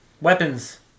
Weapons